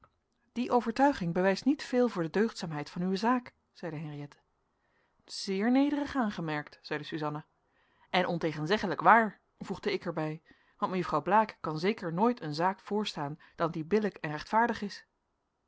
die overtuiging bewijst niet veel voor de deugdzaamheid van uwe zaak zeide henriëtte zeer nederig aangemerkt zeide suzanna en ontegenzeggelijk waar voegde ik er bij want mejuffrouw blaek kan zeker nooit een zaak voorstaan dan die billijk en rechtvaardig is